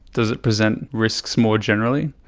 does it present risks more generally?